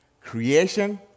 Creation